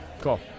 Cool